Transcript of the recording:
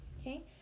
Okay